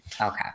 Okay